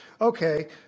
okay